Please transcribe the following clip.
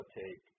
take